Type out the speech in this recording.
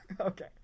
Okay